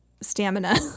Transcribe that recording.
stamina